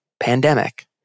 pandemic